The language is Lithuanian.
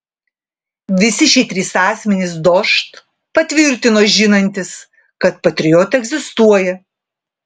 visi šie trys asmenys dožd patvirtino žinantys kad patriot egzistuoja